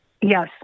Yes